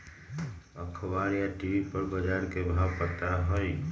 अखबार या टी.वी पर बजार के भाव पता होई?